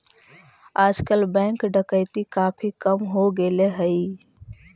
आजकल बैंक डकैती काफी कम हो गेले हई